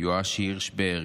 יהואש הירשברג,